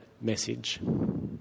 message